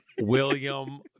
William